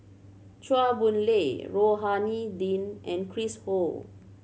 Chua Boon Lay Rohani Din and Chris Ho